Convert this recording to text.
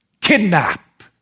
Kidnap